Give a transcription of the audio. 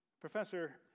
Professor